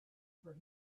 for